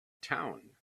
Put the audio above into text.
town